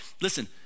Listen